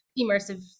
immersive